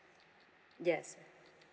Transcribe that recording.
yes